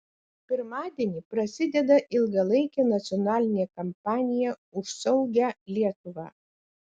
pirmadienį prasideda ilgalaikė nacionalinė kampanija už saugią lietuvą